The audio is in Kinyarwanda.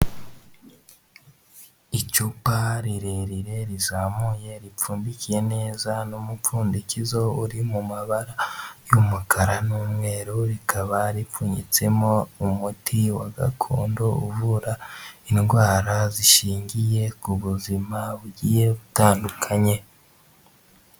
icupa rirerire rizamuye ripfundikiye neza n'umupfundikizo uri mu mabara y'umukara n'umweru rikaba ripfunyitsemo umuti wa gakondo uvura indwara zishingiye ku buzima bugiye butandukanye